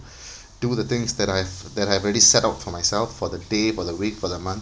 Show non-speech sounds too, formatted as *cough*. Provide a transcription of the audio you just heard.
*breath* do the things that I've that I've already set up for myself for the day for the week for the month